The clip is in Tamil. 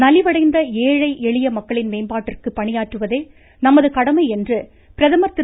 நலிவடைந்த ஏழை எளிய மக்களின் மேம்பாட்டிற்கு பணியாற்றுவதே நமது கடமை என்று பிரதமர் திரு